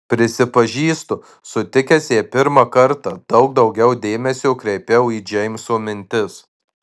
prisipažįstu sutikęs ją pirmą kartą daug daugiau dėmesio kreipiau į džeimso mintis